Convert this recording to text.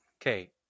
Okay